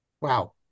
Wow